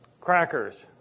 crackers